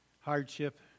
hardship